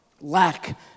lack